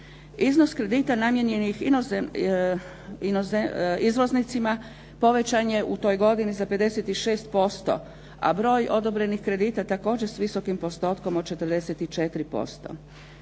Iznos kredita namijenjenih izvoznicima povećan je u toj godini za 56% a broj odobrenih kredita također s visokim postotkom od 44%.